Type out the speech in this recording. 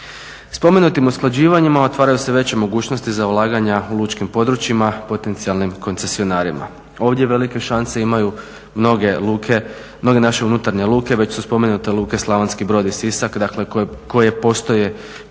Spomenutim usklađivanjem otvaraju se veće mogućnosti za ulaganja u lučkim područjima potencijalnim koncesionarima. Ovdje velike šanse imaju mnoge luke, mnoge naše unutarnje luke već su spomenute luke Slavonski broj i Sisak dakle koje postoje, koje uz sebe